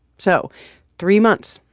so three months,